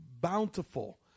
bountiful